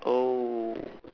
oh